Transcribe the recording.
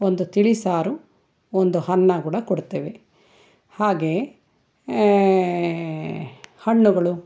ಒಂದು ತಿಳಿ ಸಾರು ಒಂದು ಅನ್ನ ಕೂಡ ಕೊಡ್ತೇವೆ ಹಾಗೇ ಹಣ್ಣುಗಳು